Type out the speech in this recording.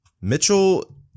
Mitchell